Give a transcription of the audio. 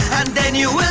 and then you'll